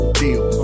deal